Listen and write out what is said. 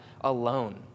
alone